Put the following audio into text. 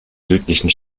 südlichen